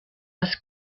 des